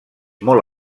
molt